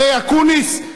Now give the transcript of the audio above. הרי אקוניס,